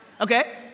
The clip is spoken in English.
Okay